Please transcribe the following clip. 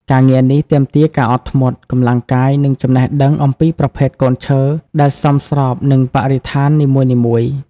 ការងារនេះទាមទារការអត់ធ្មត់ កម្លាំងកាយ និងចំណេះដឹងអំពីប្រភេទកូនឈើដែលសមស្របនឹងបរិស្ថាននីមួយៗ។